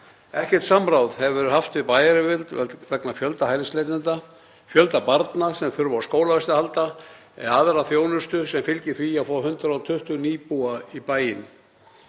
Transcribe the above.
Ekkert samráð hefur verið haft við bæjaryfirvöld vegna fjölda hælisleitenda, fjölda barna sem þurfa á skólavist að halda eða aðra þjónustu sem fylgir því að fá 120 nýbúa í bæinn.